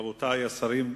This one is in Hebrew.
רבותי השרים,